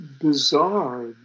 bizarre